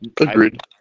Agreed